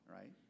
right